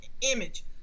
image